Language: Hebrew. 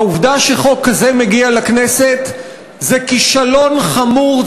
העובדה שחוק זה מגיע לכנסת זה כישלון חמור,